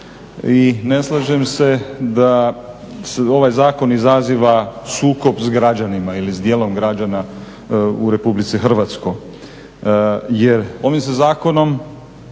i ne slažem se da ovaj zakon izaziva sukob s građanima ili s dijelom građana u Republici Hrvatskoj, jer ovim se zakonom